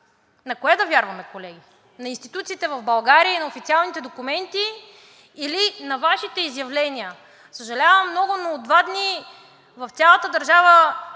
На кое да вярваме, колеги? На институциите в България и на официалните документи или на Вашите изявления? Съжалявам много, но от два дни в цялата държава